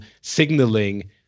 signaling